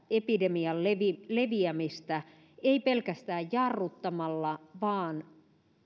epidemian leviämistä ei pelkästään jarruttamalla vaan